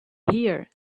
here